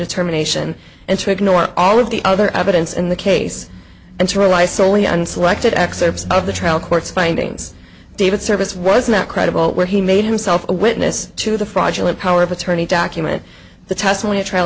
ignore all of the other evidence in the case and to rely solely on selected excerpts of the trial court's findings david service was not credible where he made himself a witness to the fraudulent power of attorney document the testimony at trial